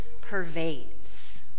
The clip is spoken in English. pervades